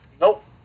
Nope